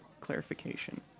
clarification